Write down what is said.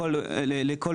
ממי